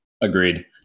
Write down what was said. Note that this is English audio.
Agreed